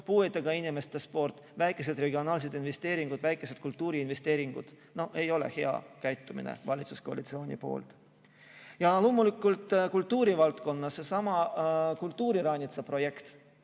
puuetega inimeste sport, väikesed regionaalsed investeeringud, väikesed kultuuriinvesteeringud. Ei ole hea käitumine valitsuskoalitsiooni poolt. Loomulikult, kultuurivaldkond, seesama kultuuriranitsa projekt.